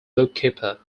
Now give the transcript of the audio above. bookkeeper